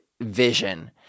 vision